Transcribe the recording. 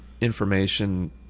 information